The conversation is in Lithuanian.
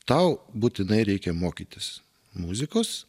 tau būtinai reikia mokytis muzikos